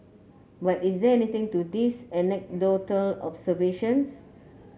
but is there anything to these anecdotal observations